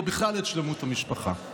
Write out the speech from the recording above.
או בכלל את שלמות המשפחה,